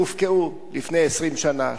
שהופקעו לפני 20 שנה,